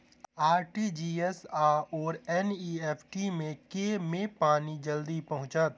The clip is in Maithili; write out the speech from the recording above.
आर.टी.जी.एस आओर एन.ई.एफ.टी मे केँ मे पानि जल्दी पहुँचत